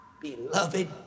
beloved